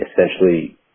essentially